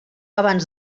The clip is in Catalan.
abans